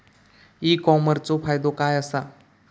E कॉमर्सचो फायदो काय असा?